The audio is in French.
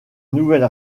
nouvelle